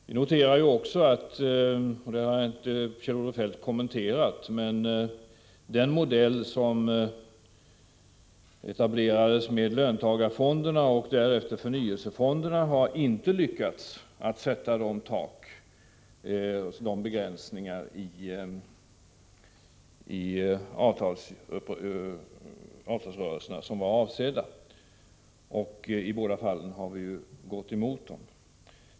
Vi noterar också — men det har inte Kjell-Olof Feldt kommenterat — att den modell som etablerades med löntagarfonderna och därefter förnyelsefonderna inte har lyckats åstadkomma de begränsningar i avtalsrörelserna som var avsedda, och i båda fallen har vi ju gått emot fonderna.